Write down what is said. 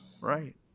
Right